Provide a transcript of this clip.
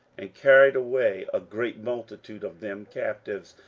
and carried away a great multitude of them captives,